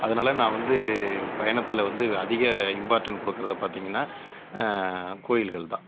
அதனால் நான் வந்து பயணத்தில் வந்து அதிக இம்பார்ட்டண்ட் கொடுக்கறத பார்த்தீங்கனா கோயில்கள் தான்